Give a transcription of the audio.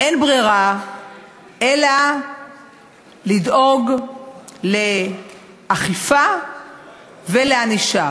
אין ברירה אלא לדאוג לאכיפה ולענישה.